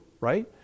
right